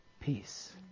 Peace